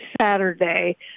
Saturday